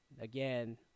again